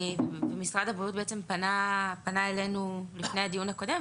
משרד הבריאות בעצם פנה אלינו לפני הדיון הקודם,